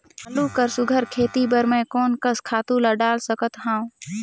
आलू कर सुघ्घर खेती बर मैं कोन कस खातु ला डाल सकत हाव?